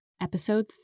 Episode